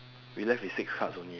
we left with six cards only